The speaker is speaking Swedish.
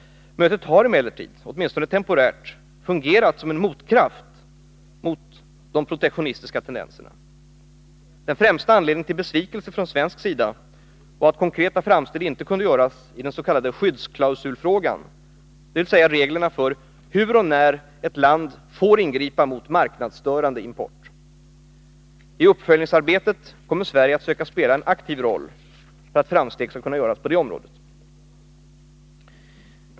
Mötet har emellertid — åtminstone temporärt — fungerat som en motkraft till de protektionistiska tendenserna. Den främsta anledningen till besvikelse från svensk sida var att konkreta framsteg inte kunde göras i den s.k. skyddsklausulsfrågan, dvs. reglerna för hur och när ett land får ingripa mot marknadsstörande import. I uppföljningsarbetet kommer Sverige att söka spela en aktiv roll för att framsteg skall kunna göras på detta område.